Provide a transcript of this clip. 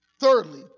Thirdly